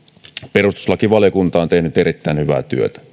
perustuslakivaliokunta on tehnyt erittäin hyvää työtä